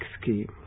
scheme